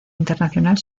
internacional